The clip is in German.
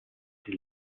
die